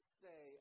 say